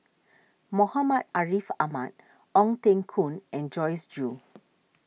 Muhammad Ariff Ahmad Ong Teng Koon and Joyce Jue